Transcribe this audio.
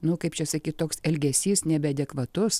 nu kaip čia sakyt toks elgesys nebeadekvatus